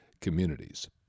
communities